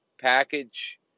package